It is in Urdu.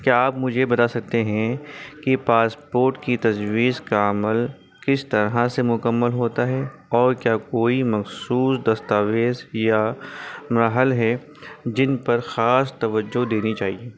کیا آپ مجھے بتا سکتے ہیں کہ پاسپورٹ کی تجدید کا عمل کس طرح سے مکمل ہوتا ہے اور کیا کوئی مخصوص دستاویز یا مراحل ہے جن پر خاص توجہ دینی چاہیے